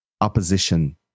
opposition